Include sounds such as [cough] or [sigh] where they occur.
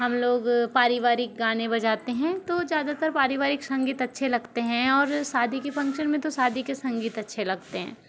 हम लोग पारिवारिक गाने [unintelligible] बजाते है तो ज़्यादातर पारिवारिक संगीत अच्छे लगते हैं और शादी के फंक्शन में तो शादी के संगीत अच्छे लगते हैं